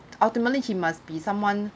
ultimately he must be someone